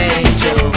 angel